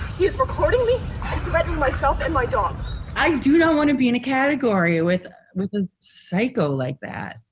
he's reportedly written myself and my daughter i do not want to be in a category with with a psycho like that.